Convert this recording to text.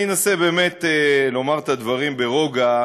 אני אנסה באמת לומר את הדברים ברוגע,